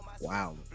wow